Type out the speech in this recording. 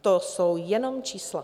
To jsou jenom čísla.